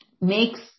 makes